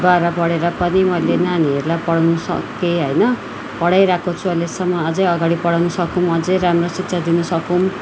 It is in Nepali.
बाह्र पढेर पनि मैले नानीहरूलाई पढाउन सकेँ होइन पढाइरहेको छु अहिलेसम्म अझ अगाडि पढाउन सकौँ अझ राम्रो शिक्षा दिन सकौँ